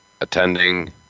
attending